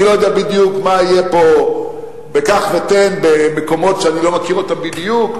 אני לא יודע בדיוק מה יהיה פה בקח-ותן במקומות שאני לא מכיר אותם בדיוק,